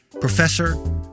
professor